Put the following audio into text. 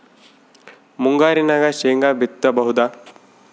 ಮುಂಗಾರಿನಾಗ ಶೇಂಗಾ ಬಿತ್ತಬಹುದಾ?